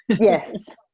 Yes